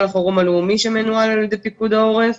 החירום הלאומי שמנוהל על ידי פיקוד העורף,